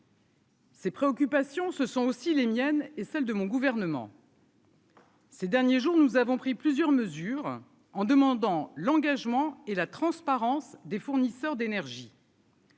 Ces préoccupations, ce sont aussi les miennes et celle de mon gouvernement. Ces derniers jours, nous avons pris plusieurs mesures en demandant l'engagement et la transparence des fournisseurs d'énergie.